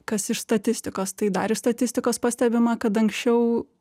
kas iš statistikos tai dar iš statistikos pastebima kad anksčiau